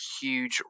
huge